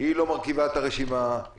אם אדם לא נרשם, הוא